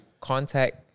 contact